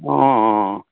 অঁ অঁ